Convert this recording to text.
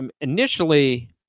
Initially